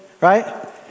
right